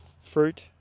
fruit